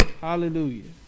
Hallelujah